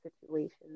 situations